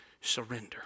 Surrender